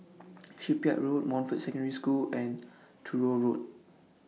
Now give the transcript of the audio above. Shipyard Road Montfort Secondary School and Truro Road